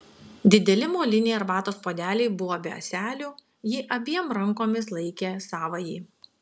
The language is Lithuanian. dideli moliniai arbatos puodeliai buvo be ąselių ji abiem rankomis laikė savąjį